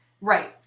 Right